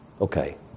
Okay